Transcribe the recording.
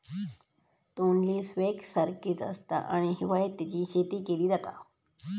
तोंडली स्क्वैश सारखीच आसता आणि हिवाळ्यात तेची शेती केली जाता